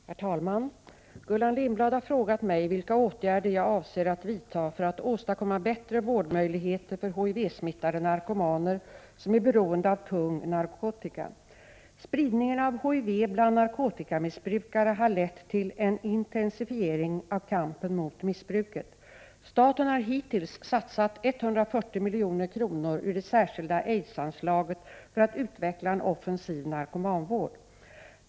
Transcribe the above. Herr talman! Gullan Lindblad har frågat mig vilka åtgärder jag avser att vidta för att åstadkomma bättre vårdmöjligheter för HIV-smittade narkomaner, som är beroende av tung narkotika. Spridningen av HIV bland narkotikamissbrukare har lett till en intensifiering av kampen mot missbruket. Staten har hittills satsat 140 milj.kr. ur det särskilda aidsanslaget för att utveckla en offensiv narkomanvård.